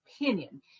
opinion